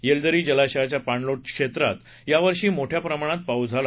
येलदरी जलाशयाच्या पाणलोट क्षेत्रात यावर्षी मोठ्या प्रमाणात पाऊस झाला